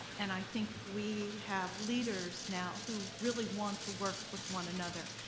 and i think we have leaders now who really want to work with one another.